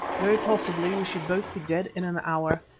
very possibly we should both be dead in an hour.